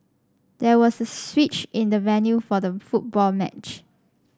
there was a switch in the venue for the football match